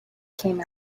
came